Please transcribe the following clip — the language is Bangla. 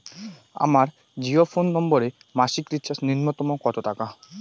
আমার জিও ফোন নম্বরে মাসিক রিচার্জ নূন্যতম কত টাকা?